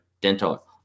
dental